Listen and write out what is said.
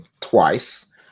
twice